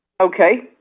Okay